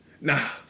nah